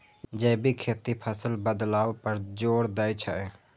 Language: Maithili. जैविक खेती फसल बदलाव पर जोर दै छै